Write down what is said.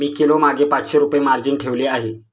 मी किलोमागे पाचशे रुपये मार्जिन ठेवली आहे